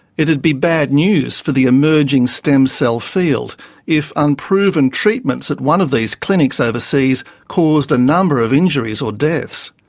it'd be bad news for the emerging stem cell field if unproven treatments at one of these clinics overseas caused a number of injuries or deaths.